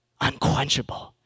unquenchable